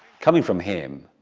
coming from him,